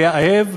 להיאהב,